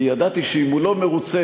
כי ידעתי שאם הוא לא מרוצה,